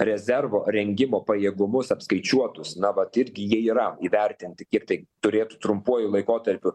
rezervo rengimo pajėgumus apskaičiuotus na vat irgi jie yra įvertinti kiek tai turėtų trumpuoju laikotarpiu